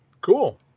Cool